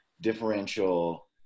differential